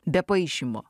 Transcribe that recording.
be paišymo